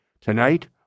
Tonight